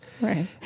Right